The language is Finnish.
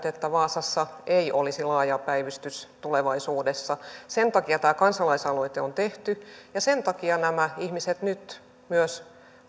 että vaasassa ei olisi laajaa päivystystä tulevaisuudessa sen takia tämä kansalaisaloite on tehty ja sen takia nämä ihmiset nyt myös